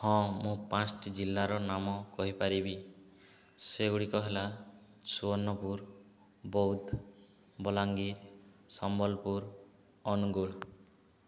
ହଁ ମୁଁ ପାଞ୍ଚଟି ଜିଲ୍ଲାର ନାମ କହିପାରିବି ସେଗୁଡ଼ିକ ହେଲା ସୁବର୍ଣ୍ଣପୁର ବୌଦ୍ଧ ବଲାଙ୍ଗୀର ସମ୍ବଲପୁର ଅନୁଗୁଳ